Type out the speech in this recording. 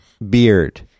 beard